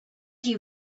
you